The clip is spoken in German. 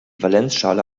valenzschale